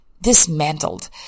dismantled